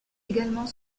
également